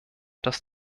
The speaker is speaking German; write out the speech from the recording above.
das